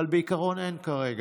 אבל בעיקרון אין כרגע.